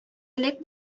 элек